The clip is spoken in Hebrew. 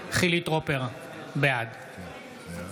חילי טרופר, בעד